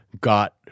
got